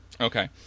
Okay